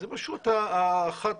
זאת אחת